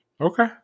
Okay